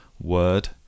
word